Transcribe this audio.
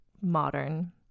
modern